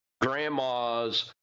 grandmas